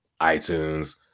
iTunes